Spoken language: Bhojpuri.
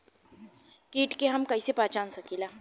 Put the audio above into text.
कीट के हम कईसे पहचान सकीला